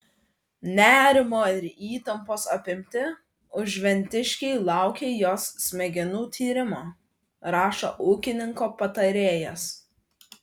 nerimo ir įtampos apimti užventiškiai laukia jos smegenų tyrimo rašo ūkininko patarėjas